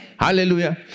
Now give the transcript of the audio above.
Hallelujah